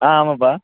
ஆ ஆமாம்ப்பா